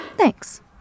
Thanks